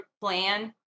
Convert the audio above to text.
plan